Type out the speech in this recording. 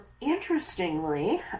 interestingly